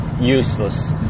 useless